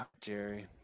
Jerry